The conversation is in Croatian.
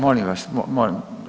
Molim vas, molim.